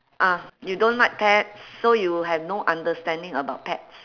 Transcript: ah you don't like pets so you have no understanding about pets